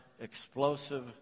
explosive